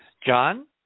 John